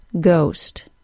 ghost